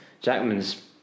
Jackman's